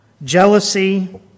Jealousy